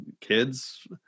kids